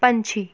ਪੰਛੀ